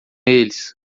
eles